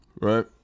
right